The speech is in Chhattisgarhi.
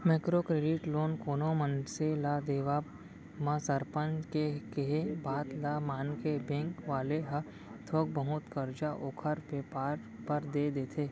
माइक्रो क्रेडिट लोन कोनो मनसे ल देवब म सरपंच के केहे बात ल मानके बेंक वाले ह थोक बहुत करजा ओखर बेपार बर देय देथे